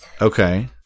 Okay